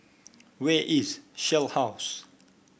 where is Shell House